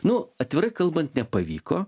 nu atvirai kalbant nepavyko